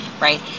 right